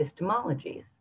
epistemologies